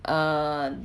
um